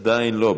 עדיין לא.